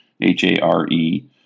H-A-R-E